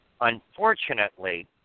Unfortunately